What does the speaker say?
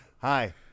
Hi